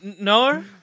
No